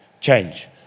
Change